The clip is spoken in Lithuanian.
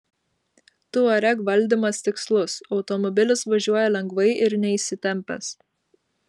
touareg valdymas tikslus automobilis važiuoja lengvai ir neįsitempęs